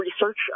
research